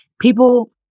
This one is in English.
People